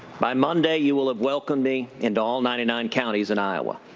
by monday, you will have welcomed me into all ninety nine counties in iowa.